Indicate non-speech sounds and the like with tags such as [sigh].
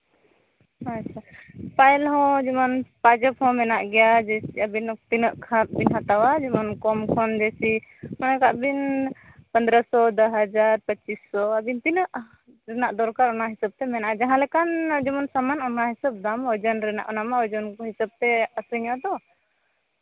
ᱟᱪᱪᱷᱟ ᱯᱟᱭᱮᱞ ᱦᱚᱸ ᱡᱮᱢᱚᱱ [unintelligible] ᱟᱹᱵᱤᱱ ᱛᱤᱱᱟᱹᱜ ᱠᱷᱟᱯ ᱵᱤᱱ ᱦᱟᱛᱟᱣᱟ ᱡᱮᱢᱚᱱ ᱠᱚᱢ ᱠᱷᱚᱱ ᱵᱮᱥᱤ ᱢᱚᱱᱮ ᱠᱟᱜ ᱵᱤᱱ ᱯᱚᱸᱫᱽᱨᱚ ᱥᱚ ᱫᱩ ᱦᱟᱡᱟᱨ ᱯᱚᱱᱪᱤᱥᱥᱚ ᱟᱹᱵᱤᱱ ᱛᱤᱱᱟᱹᱜ ᱨᱮᱱᱟᱜ ᱫᱚᱨᱠᱟᱨ ᱚᱱᱟ ᱦᱤᱥᱟᱹᱵᱛᱮ ᱢᱮᱱᱟᱜᱼᱟ ᱡᱟᱦᱟᱸ ᱞᱮᱠᱟᱱ ᱡᱮᱢᱚᱱ ᱥᱟᱢᱟᱱ ᱚᱱᱟ ᱦᱤᱥᱟᱹᱵ ᱫᱟᱢ ᱳᱡᱚᱱ ᱨᱮᱱᱟᱜ ᱚᱱᱟ ᱢᱟ ᱳᱡᱚᱱ ᱦᱤᱥᱟᱹᱵᱛᱮ ᱟᱹᱠᱷᱨᱤᱧᱚᱜᱼᱟᱛᱚ